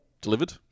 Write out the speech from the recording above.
delivered